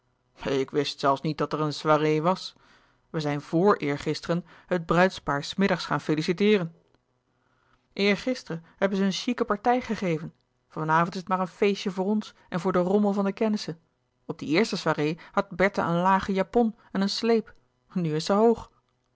ik wist zelfs niet dat er een soirée was we zijn vor eergisteren het bruidspaar s middags gaan feliciteeren eergisteren hebben ze hun chique partij louis couperus de boeken der kleine zielen gegeven van avond is het maar een feestje voor ons en voor den rommel van de kennissen op die eerste soirée had bertha een lage japon en een sleep nu is ze hoog